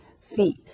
feet